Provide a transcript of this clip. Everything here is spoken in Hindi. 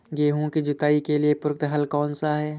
गेहूँ की जुताई के लिए प्रयुक्त हल कौनसा है?